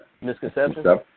Misconception